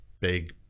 big